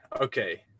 okay